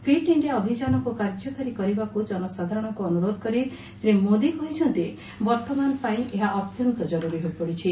Fit India ଅଭିଯାନକୁ କାର୍ଯ୍ୟକାରୀ କରିବାକୁ ଜନସାଧାରଶଙ୍କୁ ଅନୁରୋଧ କରି ଶ୍ରୀ ମୋଦି କହିଛନ୍ତି ବର୍ଭମାନ ପାଇଁ ଏହା ଅତ୍ୟନ୍ତ ଜରୁରୀ ହୋଇପଡିଛି